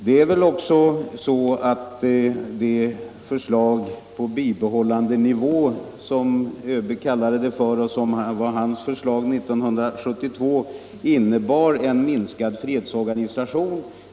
Det förslag på bibehållandenivå som ÖB kallade det och som var hans förslag 1972 innebar en minskad fredsorganisation.